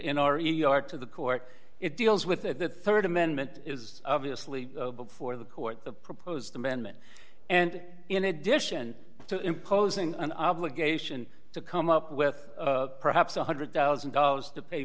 in our yard to the court it deals with the rd amendment is obviously before the court the proposed amendment and in addition to imposing an obligation to come up with perhaps one hundred thousand dollars two